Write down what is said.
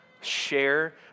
Share